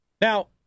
Now